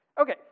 Okay